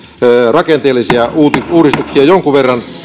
rakenteellisia uudistuksia jonkun verran